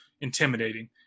intimidating